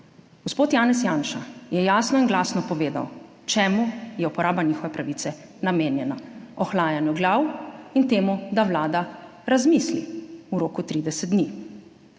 Gospod Janez Janša je jasno in glasno povedal, čemu je uporaba njihove pravice namenjena, ohlajanju glav in temu, da Vlada razmisli v roku 30 dni.